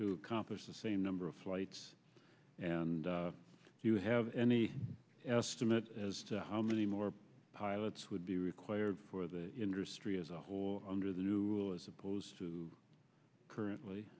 to accomplish the same number of flights and you have any estimate as to how many more pilots would be required for the industry as a whole under the new as opposed to currently